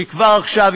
כי כבר עכשיו,